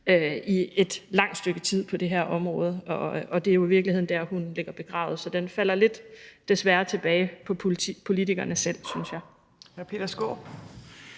i et langt stykke tid på det her område, og det er jo i virkeligheden der, hunden ligger begravet. Så den falder desværre lidt tilbage på politikerne selv, synes jeg.